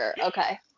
Okay